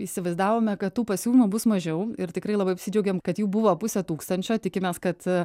įsivaizdavome kad tų pasiūlymų bus mažiau ir tikrai labai apsidžiaugėm kad jų buvo pusė tūkstančio tikimės kad